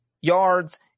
yards